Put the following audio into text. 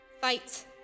Fight